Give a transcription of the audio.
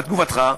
בתגובתך,